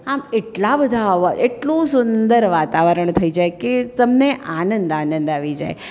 આમ એટલા બધા એટલું સુંદર વાતાવરણ થઈ જાય કે તમને આનંદ આનંદ આવી જાય